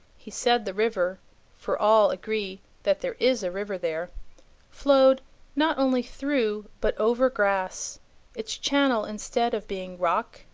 he said the river for all agree that there is a river there flowed not only through, but over grass its channel, instead of being rock,